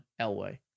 Elway